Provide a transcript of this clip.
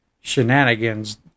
shenanigans